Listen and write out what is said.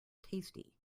tasty